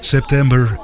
September